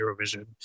Eurovision